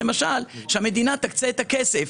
למשל, שהמדינה תקצה את הכסף.